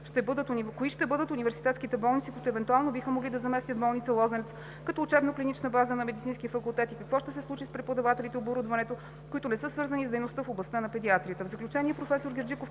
кои ще бъдат университетските болници, които евентуално биха могли да заместят болница „Лозенец“ като учебно-клинична база на Медицинския факултет, и какво ще се случи с преподавателите и оборудването, които не са свързани с дейности в областта на педиатрията.